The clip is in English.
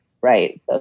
right